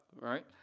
right